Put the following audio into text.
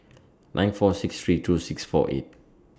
nine four six three two six four eight